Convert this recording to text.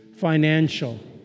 financial